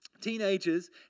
Teenagers